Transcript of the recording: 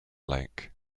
lake